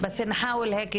הוועדה).